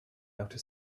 outer